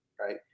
right